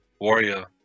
warrior